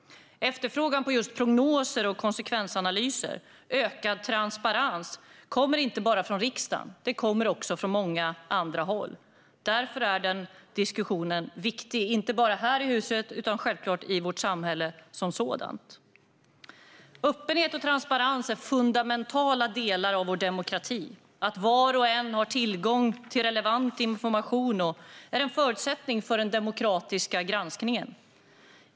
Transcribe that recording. Efterfrågan på just prognoser, konsekvensanalyser och ökad transparens kommer inte bara från riksdagen, utan den kommer också från många andra håll. Därför är den här diskussionen viktig, inte bara här i huset utan självklart i vårt samhälle som sådant. Öppenhet och transparens är fundamentala delar av vår demokrati. Att var och en har tillgång till relevant information är en förutsättning för den demokratiska granskningen.